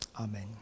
Amen